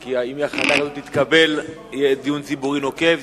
כי אם תתקבל החלטה יהיה דיון ציבורי נוקב.